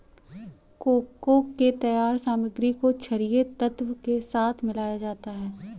cocoa के तैयार सामग्री को छरिये तत्व के साथ मिलाया जाता है